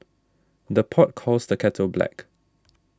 the pot calls the kettle black